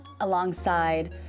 alongside